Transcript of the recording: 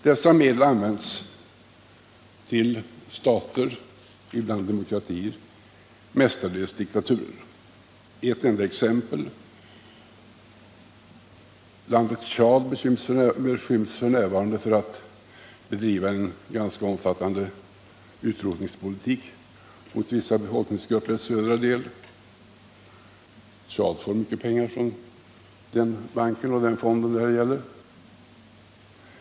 Dessa medel går till olika stater — ibland demokratier, mestadels diktaturer. Ett enda exempel: Landet Tchad beskylls f.n. för att bedriva en ganska omfattande utrotningspolitik mot vissa befolkningsgrupper i dess södra del. Tcad får mycket pengar från Afrikanska utvecklingsbanken och Afrikanska utvecklingsfonden.